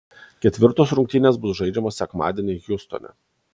ketvirtos rungtynės bus žaidžiamos sekmadienį hjustone